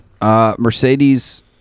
Mercedes